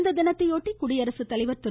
இத்தினத்தையொட்டி குடியரசுத்தலைவர் திரு